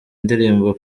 indirimbo